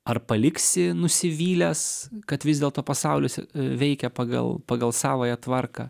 ar paliksi nusivylęs kad vis dėlto pasaulis veikia pagal pagal savąją tvarką